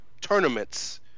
tournaments